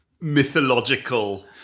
mythological